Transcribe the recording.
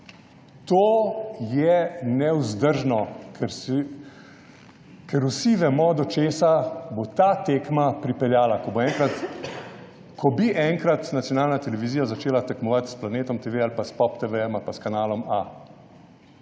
To je nevzdržno, ker vsi vemo, do česa bo ta tekma pripeljala, ko bi enkrat nacionalna televizija začela tekmovati s Planetom TV ali pa s POP TV ali pa s Kanalom A.